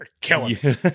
Killing